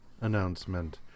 announcement